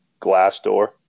Glassdoor